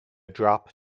drop